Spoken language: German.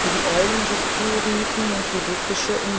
wie die eulen sich zuriefen und wie die fische im